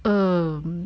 um